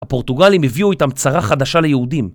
הפורטוגלים הביאו איתם צרה חדשה ליהודים